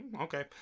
okay